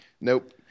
Nope